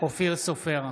אופיר סופר,